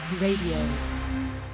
radio